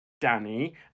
Danny